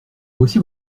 voici